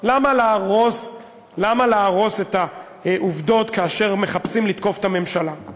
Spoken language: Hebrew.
למה להרוס את העובדות כאשר מחפשים לתקוף את הממשלה?